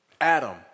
Adam